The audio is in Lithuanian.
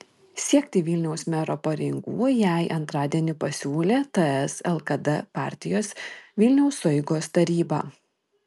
siekti vilniaus mero pareigų jai antradienį pasiūlė ts lkd partijos vilniaus sueigos taryba